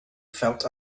felt